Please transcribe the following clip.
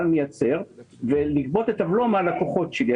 מייצר ולגבות את הבלו מהלקוחות שלי.